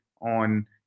on